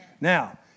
Now